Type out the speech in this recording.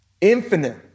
Infinite